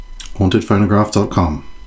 Hauntedphonograph.com